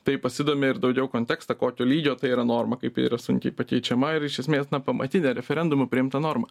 tai pasidomi ir daugiau kontekstą kokio lygio tai yra norma kaip yra sunkiai pakeičiama ir iš esmės pamatinė referendumu priimta norma